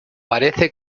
parece